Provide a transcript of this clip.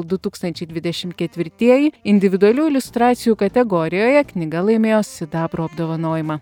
du tūkstančiai dvidešim ketvirtieji individualių iliustracijų kategorijoje knyga laimėjo sidabro apdovanojimą